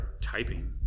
typing